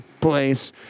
place